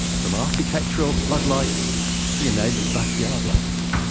from architectural floodlights to your neighbour's backyard lights.